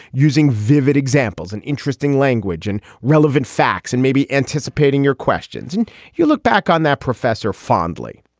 using vivid examples and interesting language and relevant facts, and maybe anticipating your questions. and you'll look back on that, professor fondly.